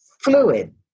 fluid